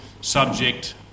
subject